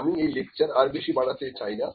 আমি এই লেকচার আর বেশি বাড়াতে চাই না